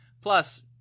Plus